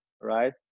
right